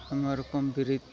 ᱟᱭᱢᱟ ᱨᱚᱠᱚᱢ ᱵᱤᱨᱤᱫᱽ